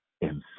inside